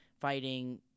fighting